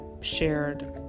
shared